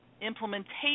Implementation